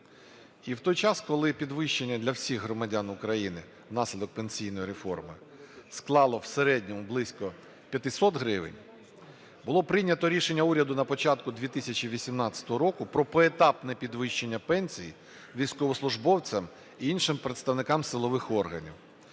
І в той час, коли підвищення для всіх громадян України внаслідок пенсійної реформи склало в середньому близько 500 гривень, було прийняте рішення уряду на початку 2018 року про поетапне підвищення пенсії військовослужбовцям, іншим представниками силових органів.